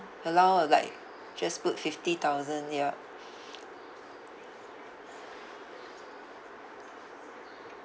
allow like just put fifty thousand yup